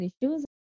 issues